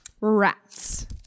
rats